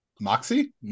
Moxie